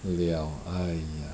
料 !aiya!